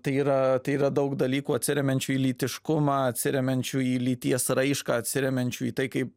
tai yra tai yra daug dalykų atsiremiančių į lytiškumą atsiremiančių į lyties raišką atsiremiančių į tai kaip